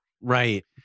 Right